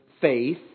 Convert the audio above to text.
faith